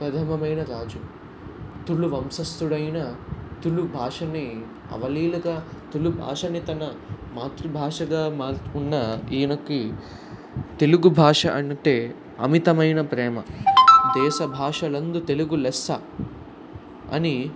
ప్రథమమైన రాజు తుళు వంశస్థుడు అయిన తుళు భాషని అవలీలగా తుళు భాషని తన మాతృభాషగా మార్చుకున్న ఈయనకి తెలుగు భాష అంటే అమితమైన ప్రేమ దేశ భాషలందు తెలుగు లెస్స అని